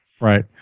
Right